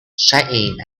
singing